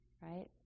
right